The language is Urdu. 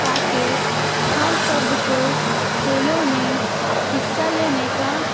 تاکہ ہر فرد کو کھیلوں میں حصہ لینے کا